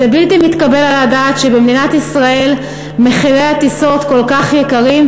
בלתי מתקבל על הדעת שבמדינת ישראל מחירי הטיסות כל כך גבוהים,